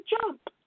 jump